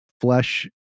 flesh